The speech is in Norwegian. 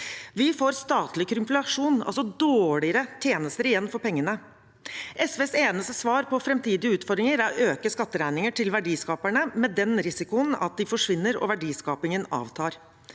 Vi får statlig krympflasjon, altså dårligere tjenester igjen for pengene. SVs eneste svar på framtidige utfordringer er å øke skatteregningen til verdiskaperne, med den risikoen at de forsvinner og verdiskapingen avtar.